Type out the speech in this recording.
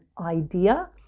idea